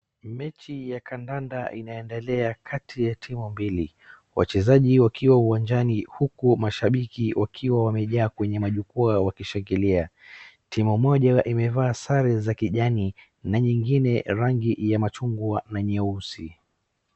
Mechi ya kandanda inaendelea kati ya timu mbili. Wachezaji wakiwa uwanjani huku mashabiki wakiwa wamejaa kwenye majukwaa wakishangilia. Timu moja imevaa sare za kijani na nyingine rangi ya machungwa na nyeusi.